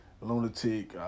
lunatic